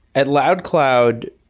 at loudcloud,